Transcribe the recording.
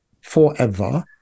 Forever